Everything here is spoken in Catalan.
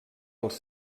als